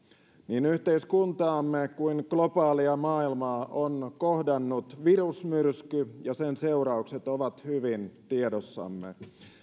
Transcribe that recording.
niin yhteiskuntaamme kuin globaalia maailmaa on kohdannut virusmyrsky ja sen seuraukset ovat hyvin tiedossamme